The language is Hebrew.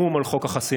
המו"מ על חוק החסינות